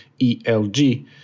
ELG